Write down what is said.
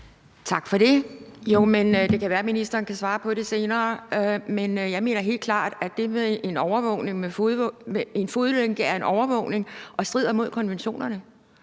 Tak for det. Det kan være, at ministeren kan svare på det senere. Men jeg mener helt klart, at det med en fodlænke er en overvågning, og at det strider mod konventionerne.